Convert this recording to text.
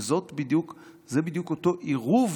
וזה בדיוק אותו עירוב